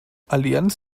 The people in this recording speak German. allianz